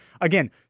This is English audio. Again